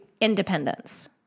independence